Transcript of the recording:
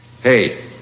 Hey